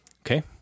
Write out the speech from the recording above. Okay